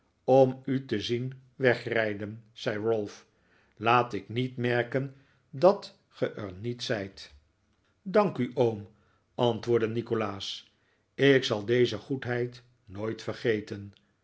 om u te zien wegrijden zei ralph laat ik niet merken dat ge er niet zijt dank u oom antwoordde nikolaas ik zal deze goedheid nooit vergeten